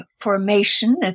formation